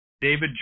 David